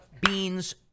beans